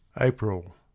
April